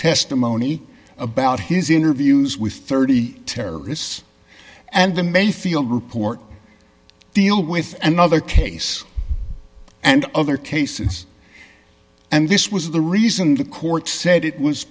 testimony about his interviews with thirty terrorists and the mayfield report deal with another case and other cases and this was the reason the court said it was